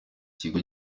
kigo